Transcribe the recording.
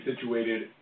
situated